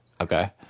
Okay